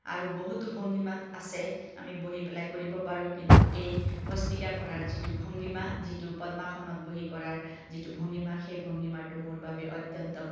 আৰু বহুতো ভংগীমাত আছে আমি বহি পেলাই কৰিব পাৰোঁ কিন্তু এই ভস্ত্ৰিকা কৰাৰ যিটো ভংগীমা যিটো পদ্মাসনত বহি কৰাৰ যিটো ভংগীমা সেই ভংগীমাটো মোৰ বাবে অত্যন্ত